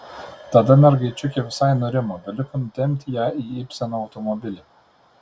tada mergaičiukė visai nurimo beliko nutempti ją į ibseno automobilį